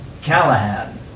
Callahan